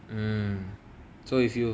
mmhmm so if you